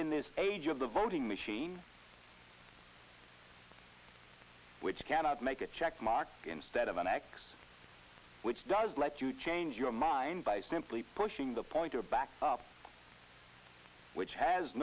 in this age of the voting machine which cannot make a check mark instead of an x which does let you change your mind by simply pushing the pointer back which has